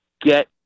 get